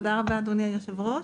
תודה רבה, אדוני היושב-ראש.